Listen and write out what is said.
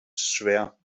schwer